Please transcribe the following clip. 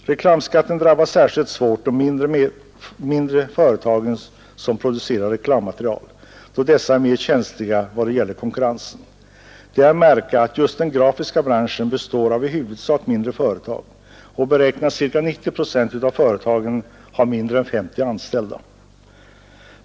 Reklamskatten drabbar särskilt svårt de mindre företag som producerar reklammaterial, då dessa är mer känsliga i vad gäller konkurrensen. Det är att märka att just den grafiska branschen i huvudsak består av mindre företag; ca 90 procent av företagen beräknas ha mindre än 50 anställda.